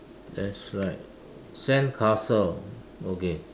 there's like sandcastle okay